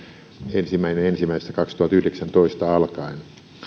ensimmäinen ensimmäistä kaksituhattayhdeksäntoista alkaen